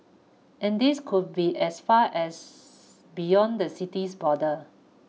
and these could be as far as beyond the city's borders